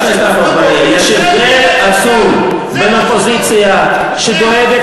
יש הבדל עצום בין אופוזיציה שדואגת